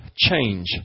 change